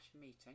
meeting